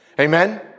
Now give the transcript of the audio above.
Amen